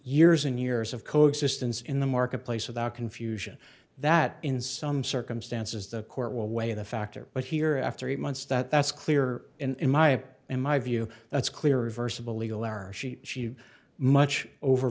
years and years of coexistence in the marketplace without confusion that in some circumstances the court will weigh the factor but here after eight months that that's clear in my in my view that's clear reversible legal are she she much